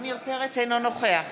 אינו נוכח